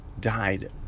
died